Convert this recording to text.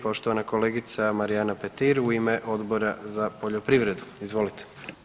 Poštovana kolegica Marijana Petir u ime Odbora za poljoprivredu, izvolite.